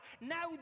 now